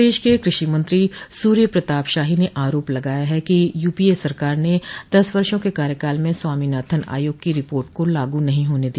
प्रदेश के कृषि मंत्री सूर्य प्रताप शाही ने आरोप लगाया है कि यूपीए सरकार ने दस वर्षो के कार्यकाल में स्वामीनाथन आयोग की रिपोर्ट को लागू नहीं होने दिया